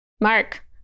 Mark